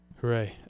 Hooray